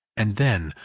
and chin,